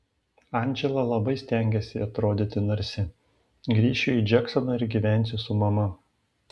andžela labai stengiasi atrodyti narsi grįšiu į džeksoną ir gyvensiu su mama